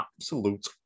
absolute